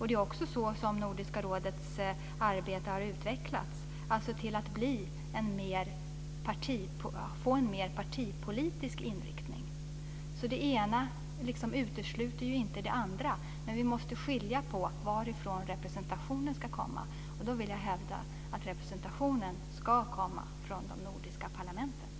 Det är också så som Nordiska rådets arbete har utvecklats, dvs. att se till att få en mer partipolitisk inriktning. Det ena utesluter ju inte det andra, men vi måste skilja på detta och varifrån representationen ska komma, och då vill jag hävda att representationen ska komma från de nordiska parlamenten.